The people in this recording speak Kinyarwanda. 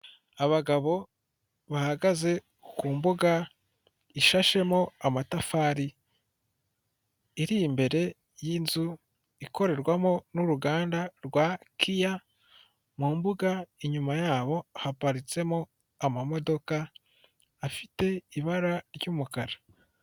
Abagabo bahagaze ku mbuga ishashemo amatafari, iri imbere y'inzu ikorerwamo n'uruganda rwa Kiya, mu mbuga, inyuma yabo haparitsemo amamodoka afite ibara ry'umukara.